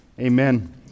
Amen